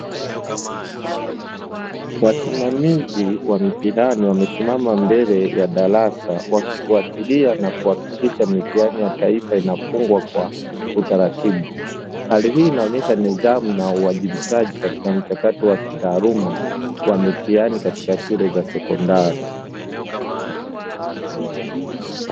Wasimamizi wa mitihani wamesimama mbele ya darasa wakifuatilia na kuhakikisha mitihani ya taifa inafungwa kwa utaratibu, hali hii inaonyesha nidhani na uwajibikaji katika mchakato wa kitaaluma wa mitihani katika shule za sekondari.